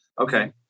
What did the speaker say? Okay